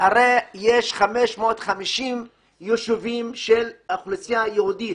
הרי בנגב יש 550 יישובים של האוכלוסייה היהודית,